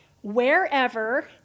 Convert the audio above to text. wherever